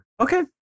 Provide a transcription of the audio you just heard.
okay